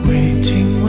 Waiting